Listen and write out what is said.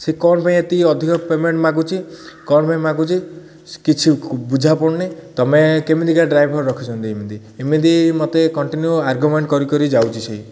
ସେ କ'ଣ ପାଇଁ ଏତିକି ଅଧିକ ପେମେଣ୍ଟ୍ ମାଗୁଛି କ'ଣ ପାଇଁ ମାଗୁଛି କିଛି ବୁଝା ପଡ଼ୁନି ତମେ କେମିତିକା ଡ୍ରାଇଭର୍ ରଖିଛନ୍ତି ଏମିତି ଏମିତି ମତେ କଣ୍ଟିନ୍ୟୁ ଆର୍ଗ୍ୟୁମେଣ୍ଟ୍ କରି କରି ଯାଉଛି ସେଇ